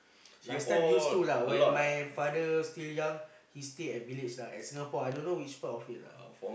last time used to lah when my father still young he still at village lah at Singapore I don't know which part of it lah